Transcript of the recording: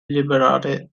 liberare